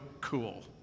cool